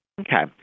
Okay